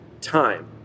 time